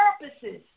purposes